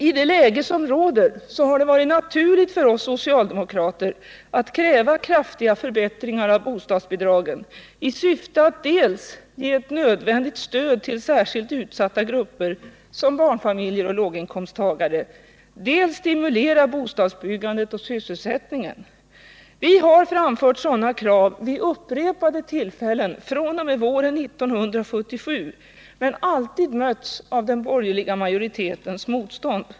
I det läge som råder har det varit naturligt för oss socialdemokrater att kräva kraftiga förbättringar av bostadsbidragen i syfte att dels ge ett nödvändigt stöd till särskilt utsatta grupper, som barnfamiljer och låginkomsttagare, dels stimulera bostadsbyggandet och sysselsättningen. Vi har framfört sådana krav vid upprepade tillfällen fr.o.m. våren 1977 men alltid mötts av den borgerliga majoritetens motstånd.